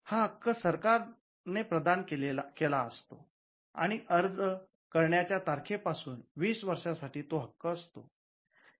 हा हक्क सरकारने प्रदान केला असतो आणि अर्ज करण्याच्या तारखेपासून वीस वर्षां साठी तो हक्क असतो